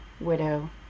widow